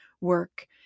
work